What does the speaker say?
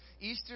Easter